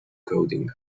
coding